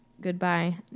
Goodbye